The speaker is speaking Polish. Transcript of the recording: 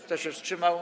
Kto się wstrzymał?